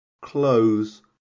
Close